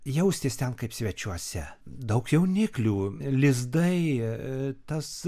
jaustis ten kaip svečiuose daug jauniklių lizdai tas